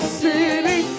city